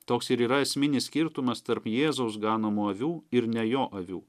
toks ir yra esminis skirtumas tarp jėzaus ganomų avių ir ne jo avių